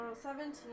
seventeen